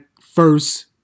first